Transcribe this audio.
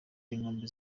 inkombe